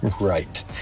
Right